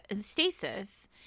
stasis